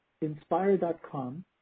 inspire.com